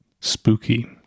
spooky